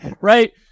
Right